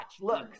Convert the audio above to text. look